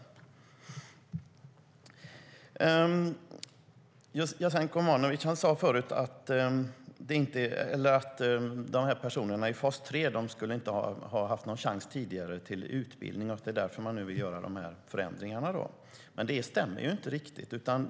Jasenko Omanovic sade förut att de personer som är i fas 3 tidigare inte skulle ha haft någon chans till utbildning och att det är därför som man nu vill göra dessa förändringar. Men det stämmer inte riktigt.